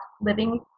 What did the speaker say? living